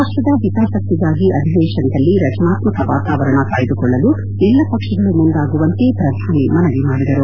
ರಾಷ್ಟದ ಹಿತಾಸಕ್ತಿಗಾಗಿ ಅಧಿವೇಶನದಲ್ಲಿ ರಚನಾತ್ಮಕ ವಾತಾವರಣ ಕಾಯ್ದುಕೊಳ್ಳಲು ಎಲ್ಲಾ ಪಕ್ಷಗಳು ಮುಂದಾಗುವಂತೆ ಪ್ರಧಾನಿ ಮನವಿ ಮಾಡಿದರು